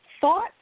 thought